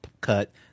cut